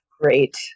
Great